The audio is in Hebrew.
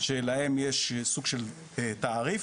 שלהם יש סוג של תעריף.